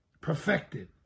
perfected